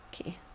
okay